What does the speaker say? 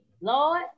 Lord